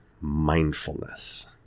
mindfulness